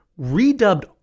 redubbed